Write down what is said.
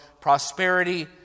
prosperity